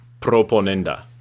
proponenda